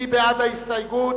מי בעד ההסתייגות?